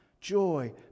joy